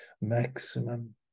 maximum